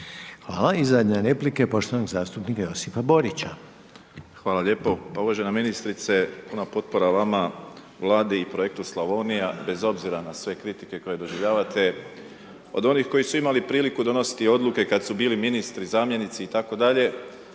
Hvala. I zadnja replike poštovanog zastupnika Josipa Borića. **Borić, Josip (HDZ)** Hvala lijepo. Uvažena ministrice puna potpora vama, Vladi i Projektu Slavonija, bez obzira na sve kritike koje doživljavate, od onih koji su imali priliku donositi odluke kad su bili ministri, zamjenici itd.,